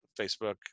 Facebook